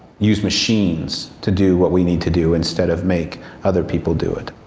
use machines to do what we need to do, instead of make other people do it.